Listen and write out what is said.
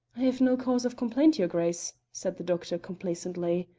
have no cause of complaint, your grace, said the doctor complacently,